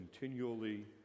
continually